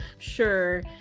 Sure